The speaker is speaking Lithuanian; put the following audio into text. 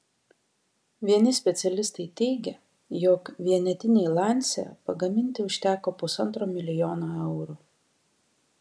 vieni specialistai teigia jog vienetinei lancia pagaminti užteko pusantro milijono eurų